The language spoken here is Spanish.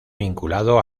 vinculado